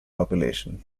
population